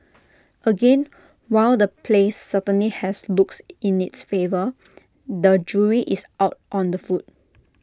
again while the place certainly has looks in its favour the jury is out on the food